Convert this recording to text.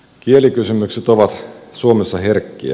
kielikysymykset ovat suomessa herkkiä